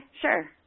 sure